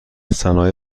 صنایع